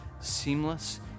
seamless